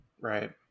Right